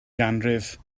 ganrif